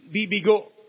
bibigo